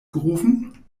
gerufen